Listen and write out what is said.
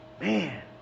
Man